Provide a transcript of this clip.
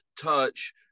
touch